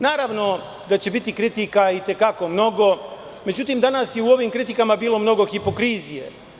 Naravno da će biti kritika i te kako mnogo, međutim danas je u ovim kritikama bilo mnogo hipokrizije.